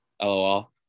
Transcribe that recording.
lol